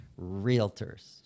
realtors